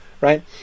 right